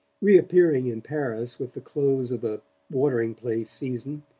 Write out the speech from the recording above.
reappearing in paris with the close of the watering-place season,